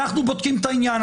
אנחנו בודקים את העניין,